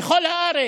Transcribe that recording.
בכל הארץ,